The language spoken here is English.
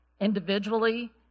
individually